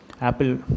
Apple